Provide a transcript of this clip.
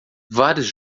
vários